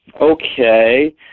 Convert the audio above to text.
okay